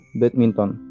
badminton